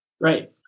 right